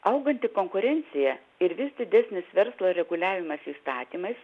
auganti konkurencija ir vis didesnis verslo reguliavimas įstatymais